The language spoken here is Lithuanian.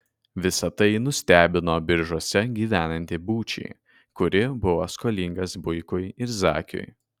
visa tai nustebino biržuose gyvenantį būčį kuri buvo skolingas buikui ir zakiui